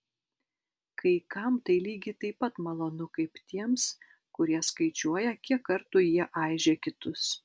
kai kam tai lygiai taip pat malonu kaip tiems kurie skaičiuoja kiek kartų jie aižė kitus